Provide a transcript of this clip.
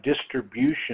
distribution